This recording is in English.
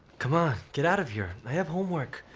come on, get out of here. i have homework.